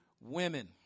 women